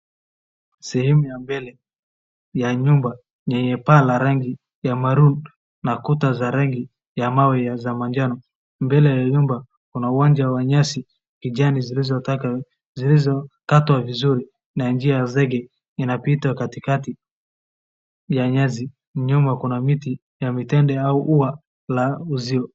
Sehemu ya mbele ya nyumba yenye paa ya rangi ya maroon na kuta za rangi ya mawe za manjano. Mbele ya nyumba kuna uwanja wa nyasi kijani zilizokatwa vizuri na njia zege inapita katikati ya nyasi. Nyuma kuna miti ya mitende au ua la uzio.